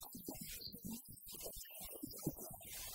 כלומר שלא זה כתב השינאה שנשלח